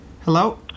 Hello